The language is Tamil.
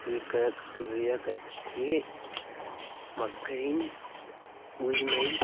இக்கா புதிய கட்சிக்கு மக்களின் உரிமை